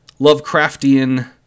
Lovecraftian